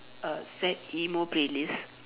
uh sad emo playlist